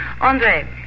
Andre